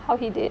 how he did